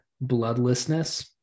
bloodlessness